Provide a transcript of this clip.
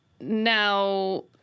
now